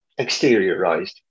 exteriorized